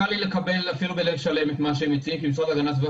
קל לי לקבל אפילו בלב שלם את מה שהם מציעים כי המשרד להגנת הסביבה